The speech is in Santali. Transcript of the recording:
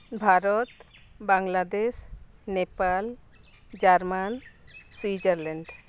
Bharat Bangladesh Nepal German Switzerland